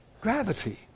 Gravity